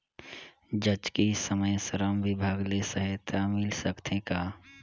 जचकी समय श्रम विभाग ले सहायता मिल सकथे का?